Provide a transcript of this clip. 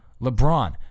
LeBron